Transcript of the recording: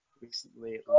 recently